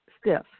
stiff